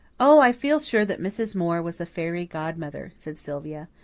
oh, i feel sure that mrs. moore was the fairy godmother, said sylvia.